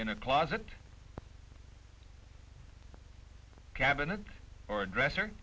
in a closet cabinet or a dresser